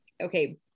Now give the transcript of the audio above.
okay